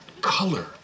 color